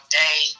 day